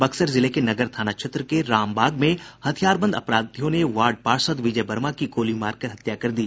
बक्सर जिले के नगर थाना क्षेत्र के रामबाग में हथियारबंद अपराधियों ने वार्ड पार्षद विजय वर्मा की गोली मारकर हत्या कर दी